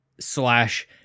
slash